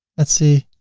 let's see